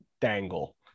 dangle